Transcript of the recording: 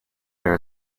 there